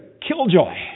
killjoy